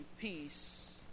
peace